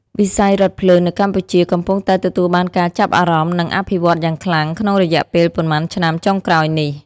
វិស័យរថភ្លើងនៅកម្ពុជាកំពុងតែទទួលបានការចាប់អារម្មណ៍និងអភិវឌ្ឍន៍យ៉ាងខ្លាំងក្នុងរយៈពេលប៉ុន្មានឆ្នាំចុងក្រោយនេះ។